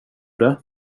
det